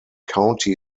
county